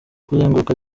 kuzenguruka